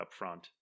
upfront